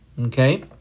Okay